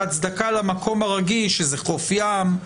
ההצדקה למקום הרגיש שזה חוף ים,